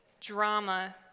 drama